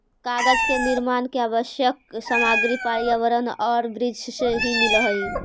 कागज के निर्माण के आवश्यक सामग्री पर्यावरण औउर वृक्ष से ही मिलऽ हई